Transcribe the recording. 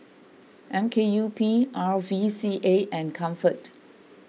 M K U P R V C A and Comfort